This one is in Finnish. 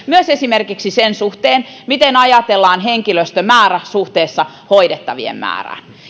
myös esimerkiksi sen suhteen miten ajatellaan henkilöstömäärä suhteessa hoidettavien määrään